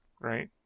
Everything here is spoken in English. Right